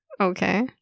okay